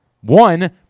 One